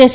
S